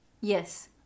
yes